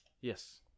yes